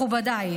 מכובדיי,